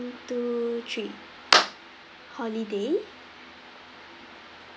two three holiday